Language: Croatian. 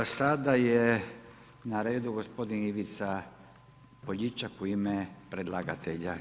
Sada je na redu gospodin Ivica Poljičak u ime predlagatelja.